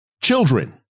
Children